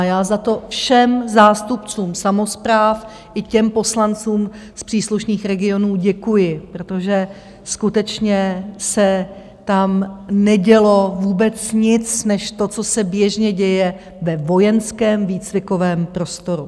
Já za to všem zástupcům samospráv i těm poslancům z příslušných regionů děkuji, protože skutečně se tam nedělo vůbec nic než to, co se běžně děje ve vojenském výcvikovém prostoru.